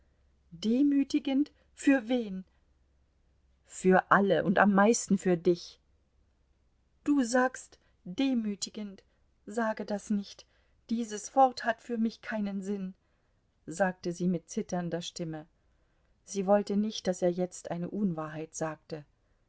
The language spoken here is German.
demütigend für wen für alle und am meisten für dich du sagst demütigend sage das nicht dieses wort hat für mich keinen sinn sagte sie mit zitternder stimme sie wollte nicht daß er jetzt eine unwahrheit sagte